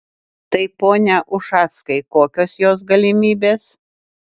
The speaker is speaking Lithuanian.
tai pone ušackai kokios jos galimybės